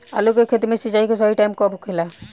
आलू के खेती मे सिंचाई के सही टाइम कब होखे ला?